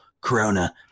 corona